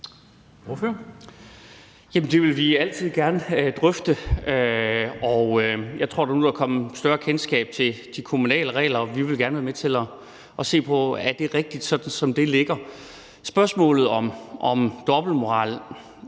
Det vil vi altid gerne drøfte. Jeg tror nu, at der er kommet et større kendskab til de kommunale regler, og vi vil gerne være med til at se på, om de ligger rigtigt. Spørgsmålet om dobbeltmoral